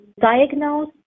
diagnose